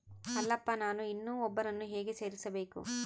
ಅಲ್ಲಪ್ಪ ನಾನು ಇನ್ನೂ ಒಬ್ಬರನ್ನ ಹೇಗೆ ಸೇರಿಸಬೇಕು?